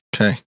Okay